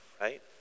right